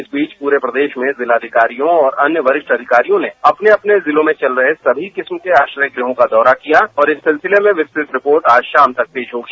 इस बीच पूरे प्रदेश में जिलाधिकारियों और अन्य वरिष्ठ अधिकारियों ने अपने अपने जिलों में चल रहे सभी किस्म के आश्रय गृहों का दौरा किया और इस सिलसिले में विस्तृत रिपोर्ट आज शाम तक पेश होगी